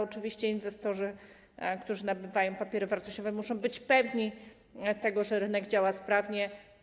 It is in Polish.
Oczywiście inwestorzy, którzy nabywają papiery wartościowe, muszą być pewni tego, że rynek działa sprawnie.